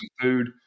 food